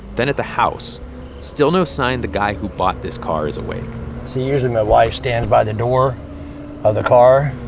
then at the house still no sign the guy who bought this car is awake see, usually my wife stands by the door of the car